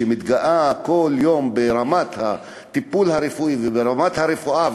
שמתגאה כל יום ברמת הטיפול הרפואי וברמת הרפואה,